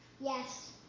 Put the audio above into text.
Yes